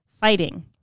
fighting